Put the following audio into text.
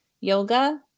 yoga